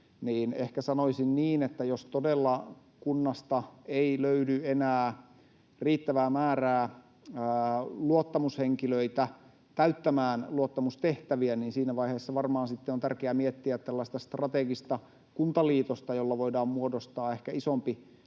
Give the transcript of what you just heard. Ehkä sanoisin niin, että jos todella kunnasta ei löydy enää riittävää määrää luottamushenkilöitä täyttämään luottamustehtäviä, niin siinä vaiheessa varmaan sitten on tärkeää miettiä tällaista strategista kuntaliitosta, jolla voidaan muodostaa ehkä isompi